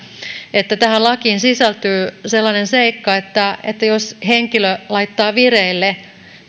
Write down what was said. että tähän lakiin sisältyy sellainen seikka että että jos henkilö laittaa vireille